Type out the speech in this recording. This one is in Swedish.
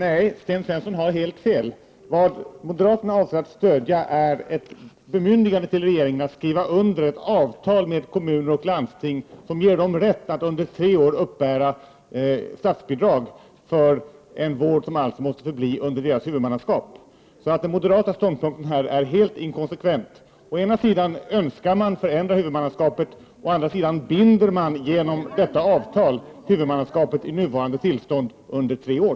Fru talman! Sten Svensson har fel. Vad moderaterna avser att stödja är ett bemyndigande till regeringen att skriva under ett avtal med kommuner och landsting, som ger dem rätt att under tre år uppbära statsbidrag för en vård som alltså måste förbli under deras huvudmannaskap. Den moderata ståndpunkten här är alltså helt inkonsekvent: Å ena sidan önskar man förändra huvudmannaskapet, å andra sidan binder man genom detta avtal huvudmannaskapet i nuvarande tillstånd under tre år.